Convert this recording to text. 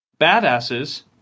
Badasses